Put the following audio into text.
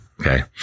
okay